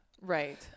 Right